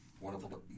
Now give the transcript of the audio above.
Wonderful